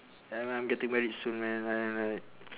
ya man I'm getting married soon man I'm like